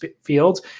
fields